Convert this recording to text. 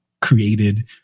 created